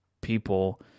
people